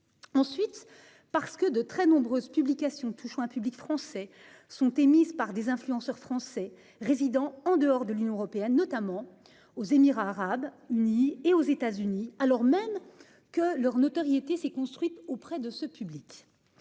Ensuite parce que de très nombreuses publications touchant un public français sont émises par des influenceurs français résidant en dehors de l'Union européenne, notamment aux Émirats arabes unis et aux États-Unis alors même que leur notoriété s'est construite auprès de ce public.